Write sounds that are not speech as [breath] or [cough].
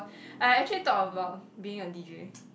[breath] I actually thought about being a D_J